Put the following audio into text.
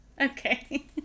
Okay